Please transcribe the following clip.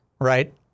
Right